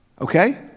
Okay